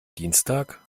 dienstag